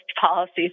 policies